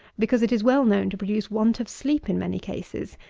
because it is well known to produce want of sleep in many cases,